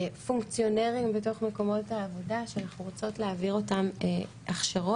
פונקציונרים בתוך מקומות העבודה שאנחנו רוצות להעביר אותם הכשרות,